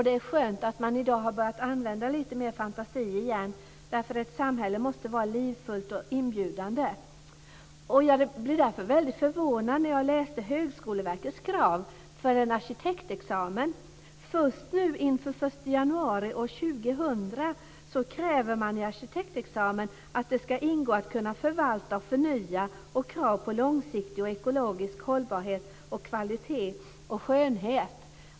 Det är skönt att man i dag har börjar använda lite mer fantasi igen, för ett samhälle måste vara livfullt och inbjudande. Jag blev därför väldigt förvånad när jag läste Högskoleverkets krav för en arkitektexamen. Först nu inför den 1 januari år 2000 kräver man i arkitektexamen att det ska ingå att kunna förvalta och förnya, krav på långsiktig ekologisk hållbarhet samt krav på kvalitet och skönhet.